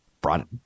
brought